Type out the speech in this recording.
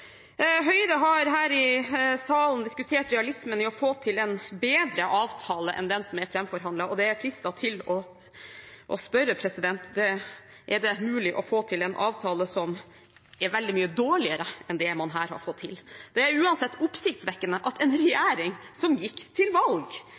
Høyre har her i salen diskutert realismen i å få til en bedre avtale enn den som er framforhandlet. Jeg er fristet til å spørre om det er mulig å få til en avtale som er veldig mye dårligere enn det man her har fått til. Det er uansett oppsiktsvekkende at en